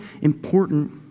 important